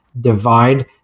divide